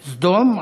סדום,